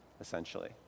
essentially